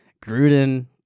Gruden